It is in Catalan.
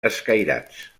escairats